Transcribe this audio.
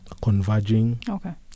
converging